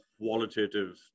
qualitative